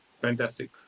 Fantastic